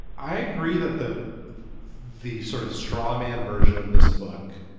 i agree that the the sort of straw man version of this book,